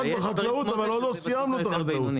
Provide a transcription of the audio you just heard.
רק בחקלאות אבל עוד לא סיימנו את החקלאות,